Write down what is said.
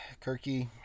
Kirky